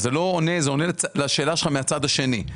זה עונה לשאלה שלך מהצד השני,